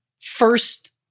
first